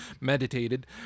meditated